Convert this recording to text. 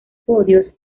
podios